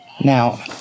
Now